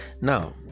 Now